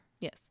Yes